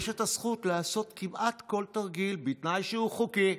יש את הזכות לעשות כמעט כל תרגיל בתנאי שהוא חוקי.